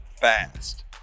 fast